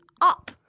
up